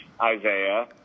Isaiah